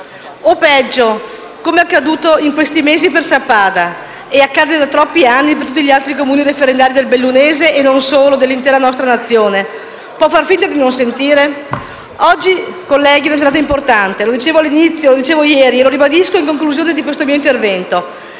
O peggio, come accaduto in questi mesi per Sappada e come accade da troppi anni per tutti gli altri Comuni referendari del bellunese (e non solo, ma dell'intera nostra nazione), può far finta di non sentire? Oggi, colleghi, è una giornata importante, lo dicevo ieri e lo ribadisco in conclusione di questo mio intervento;